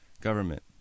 government